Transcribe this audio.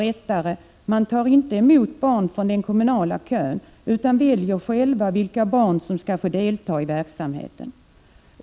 Rättare sagt: Man tar inte emot barn från den kommunala kön utan väljer själv vilka barn som skall få delta.